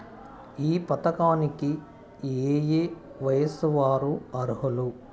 ఈ పథకానికి ఏయే వయస్సు వారు అర్హులు?